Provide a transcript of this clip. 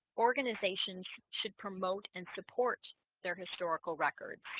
organizations should promote and support their historical records